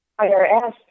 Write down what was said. IRS